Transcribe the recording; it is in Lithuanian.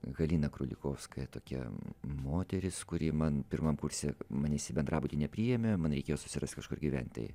halina krulikovskaja tokia moteris kuri man pirmam kurse manęs į bendrabutį nepriėmė man reikėjo susirasti kažkur gyventi